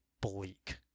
bleak